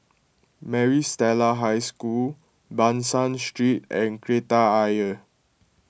Maris Stella High School Ban San Street and Kreta Ayer